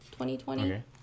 2020